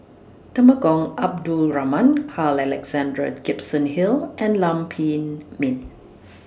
Temenggong Abdul Rahman Carl Alexander Gibson Hill and Lam Pin Min